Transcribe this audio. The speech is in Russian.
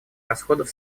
расходов